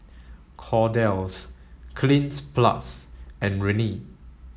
Kordel's Cleanz plus and Rene